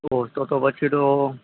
ઓહો તો તો પછી તો